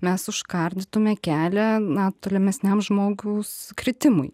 mes užkardytume kelią na tolimesniam žmogaus kritimui